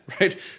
Right